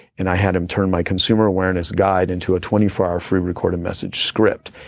and i had him turn my consumer awareness guide into a twenty four hour free recorded message script.